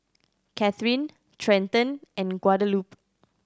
Cathrine Trenton and Guadalupe